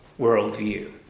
worldview